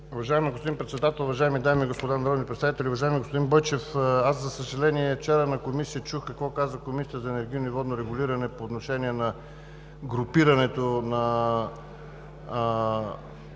Уважаеми господин Председател, уважаеми дами и господа народни представители, уважаеми господин Бойчев! За съжаление, вчера в Комисията чух какво каза Комисията за енергийно и водно регулиране по отношение групирането на